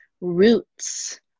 roots